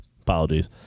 Apologies